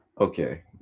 Okay